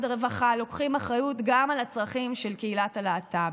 הרווחה לוקחים אחריות גם על הצרכים של קהילת הלהט"ב,